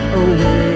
away